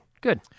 Good